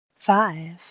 Five